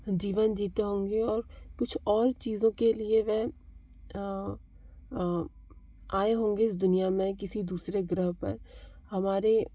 जीवन जीते होंगे और कुछ और चीज़ाें के लिए वह आए होंगे इस दुनिया में किसी दूसरे ग्रह पर हमारे